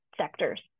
sectors